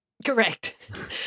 Correct